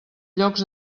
llocs